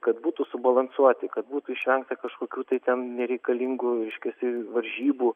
kad būtų subalansuoti kad būtų išvengta kažkokių tai ten nereikalingų reiškiasi varžybų